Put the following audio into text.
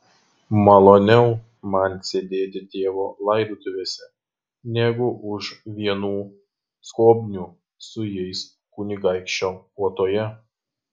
maloniau man sėdėti tėvo laidotuvėse negu už vienų skobnių su jais kunigaikščio puotoje